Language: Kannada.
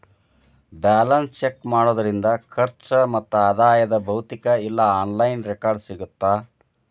ಬ್ಯಾಲೆನ್ಸ್ ಚೆಕ್ ಮಾಡೋದ್ರಿಂದ ಖರ್ಚು ಮತ್ತ ಆದಾಯದ್ ಭೌತಿಕ ಇಲ್ಲಾ ಆನ್ಲೈನ್ ರೆಕಾರ್ಡ್ಸ್ ಸಿಗತ್ತಾ